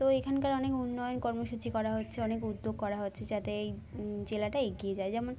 তো এখানকার অনেক উন্নয়ন কর্মসূচি করা হচ্ছে অনেক উদ্যোগ করা হচ্ছে যাতে এই জেলাটা এগিয়ে যায় যেমন